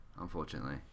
Unfortunately